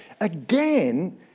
again